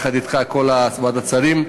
ויחד אתך לכל ועדת השרים,